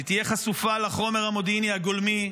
שהיא תהיה חשופה לחומר המודיעיני הגולמי,